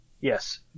Yes